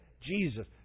Jesus